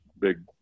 big